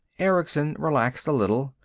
erickson relaxed a little.